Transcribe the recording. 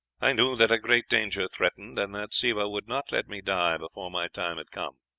i knew that a great danger threatened, and that siva would not let me die before my time had come